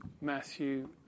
Matthew